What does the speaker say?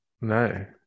No